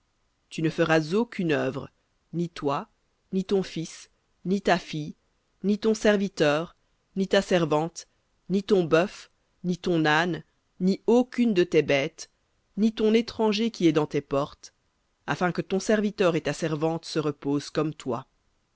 tu ne feras aucune œuvre ni toi ni ton fils ni ta fille ni ton serviteur ni ta servante ni ton bœuf ni ton âne ni aucune de tes bêtes ni ton étranger qui est dans tes portes afin que ton serviteur et ta servante se reposent comme toi